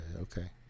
Okay